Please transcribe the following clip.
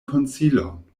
konsilon